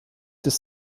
des